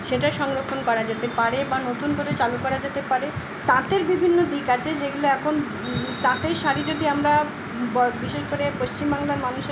সেটা সংরক্ষণ করা যেতে পারে বা নতুন করে চালু করা যেতে পারে তাঁতের বিভিন্ন দিক আছে যেগুলো এখন তাঁতের শাড়ি যদি আমরা ব বিশেষ করে পশ্চিম বাংলার মানুষেরা